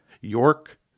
York